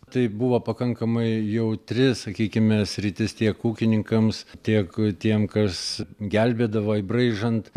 tai buvo pakankamai jautri sakykime sritis tiek ūkininkams tiek tiem kas gelbėdavo braižant